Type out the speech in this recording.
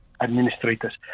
administrators